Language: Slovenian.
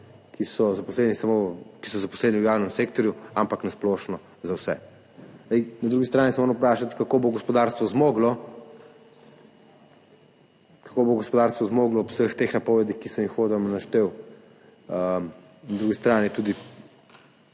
ki so zaposleni v javnem sektorju, ampak na splošno za vse. Na drugi strani se moramo vprašati, kako bo gospodarstvo zmoglo, kako bo gospodarstvo zmoglo ob vseh teh napovedih, ki sem jih uvodoma naštel, tudi dodatno